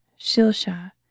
Shilsha